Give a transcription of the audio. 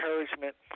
encouragement